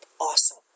awesome